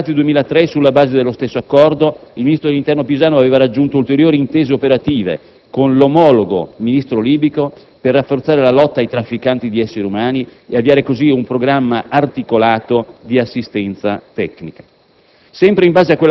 Ricordo che nell'estate del 2003, sulla base dello stesso accordo, il ministro dell'interno Pisanu aveva raggiunto ulteriori intese operative con l'omologo Ministro libico per rafforzare la lotta ai trafficanti di esseri umani e avviare così un programma articolato di assistenza tecnica.